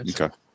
Okay